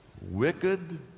wicked